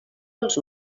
els